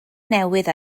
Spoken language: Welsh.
newydd